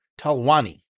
Talwani